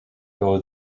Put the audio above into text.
owe